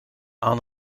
aan